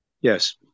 Yes